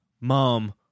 Mom